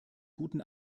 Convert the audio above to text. guten